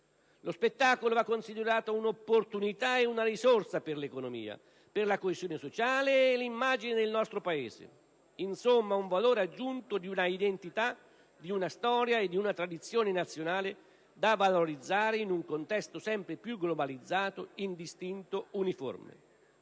Lo spettacolo va considerato un'opportunità e una risorsa per l'economia, per la coesione sociale e l'immagine del nostro Paese. Insomma un valore aggiunto di una identità, di una storia e di una tradizione nazionale da valorizzare in un contesto sempre più globalizzato, indistinto, uniforme.